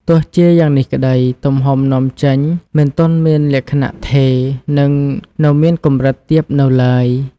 ទោះជាយ៉ាងនេះក្តី ទំហំនាំចេញមិនទាន់មានលក្ខណៈថេរ និងនៅមានកម្រិតទាបនៅឡើយ។